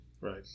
Right